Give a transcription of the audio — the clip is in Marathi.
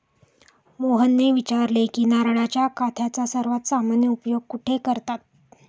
मोहनने विचारले की नारळाच्या काथ्याचा सर्वात सामान्य उपयोग कुठे करतात?